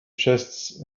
chests